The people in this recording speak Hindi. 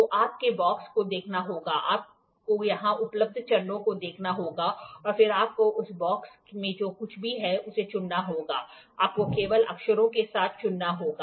तो आपको बॉक्स को देखना होगा आपको यहां उपलब्ध चरणों को देखना होगा और फिर आपको उस बॉक्स में जो कुछ भी है उसे चुनना होगा आपको केवल अक्षरों के साथ चुनना होगा